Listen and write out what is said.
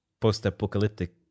Post-apocalyptic